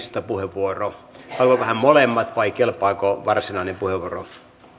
listapuheenvuoro haluaako hän molemmat vai kelpaako varsinainen puheenvuoro